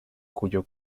cuyo